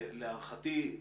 להערכתי,